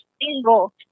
single